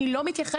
ואני לא מתייחסת,